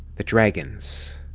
the dragons.